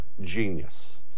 genius